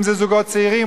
אם זוגות צעירים,